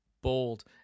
bold